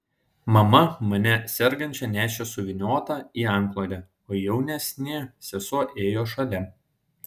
mama mane sergančią nešė suvyniotą į antklodę o jaunesnė sesuo ėjo šalia